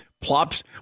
plops